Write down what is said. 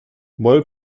moll